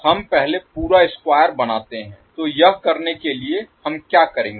हम पहले पूरा स्क्वायर बनाते हैं तो यह करने के लिए कि हम क्या करेंगे